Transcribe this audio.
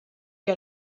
der